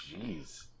jeez